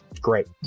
Great